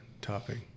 topping